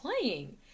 playing